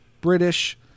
British